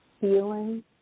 healing